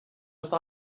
have